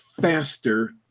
faster